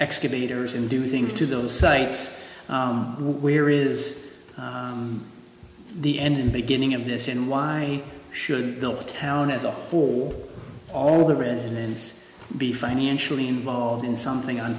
excavators and do things to those sites where is the end and beginning of this and why shouldn't bill town as a whole all the residents be financially involved in something on